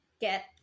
get